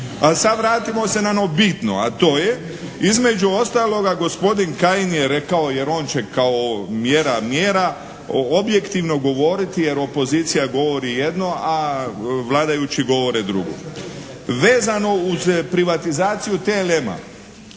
A sada vratimo se na ono bitno, a to je između ostaloga gospodin Kajin je rekao jer on će kao mjera mjera, objektivno govoriti jer opozicija govori jedno, a vladajući govore drugo. Vezano uz privatizaciju TLM-a.